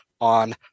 on